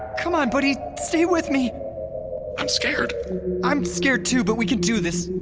c'mon buddy, stay with me i'm scared i'm scared too, but we can do this.